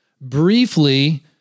briefly